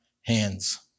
hands